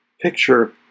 picture